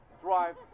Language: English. drive